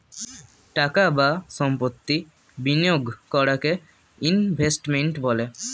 টাকা বা সম্পত্তি বিনিয়োগ করাকে ইনভেস্টমেন্ট বলে